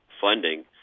funding